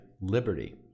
liberty